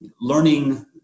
learning